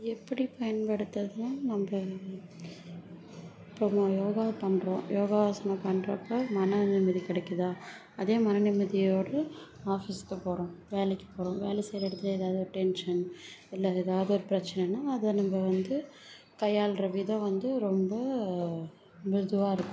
எப்படி பயன்படுத்துகிறதுன்னா நம்ம இப்போது நம்ம யோகா பண்ணுறோம் யோகாசனம் பண்ணுறப்ப மனநிம்மதி கிடைக்கிதா அதே மனநிம்மதியோடு ஆஃபீஸ்சுக்கு போகிறோம் வேலைக்கு போகிறோம் வேலை செய்கிற இடத்துல ஏதாவது ஒரு டென்ஷன் இல்லை ஏதாவது ஒரு பிரச்சினனா அதை நம்ம வந்து கையாள்கிற விதம் வந்து ரொம்ப ரொம்ப இதுவாக இருக்கும்